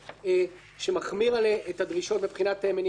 שמחמיר את הדרישות מבחינת מניעת הטרדה